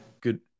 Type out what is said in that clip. Good